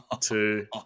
two